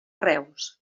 reus